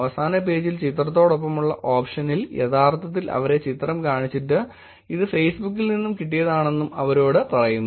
അവസാന പേജിൽ ചിത്രത്തോടൊപ്പമുള്ള ഓപ്ഷനിൽ യഥാർത്ഥത്തിൽ അവരെ ചിത്രം കാണിച്ചിട്ട് ഇത് ഫേസ്ബുക്കിൽ നിന്നും കിട്ടിയതാണെന്ന് അവരോട് പറയുന്നു